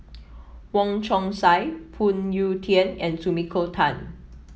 Wong Chong Sai Phoon Yew Tien and Sumiko Tan